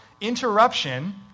interruption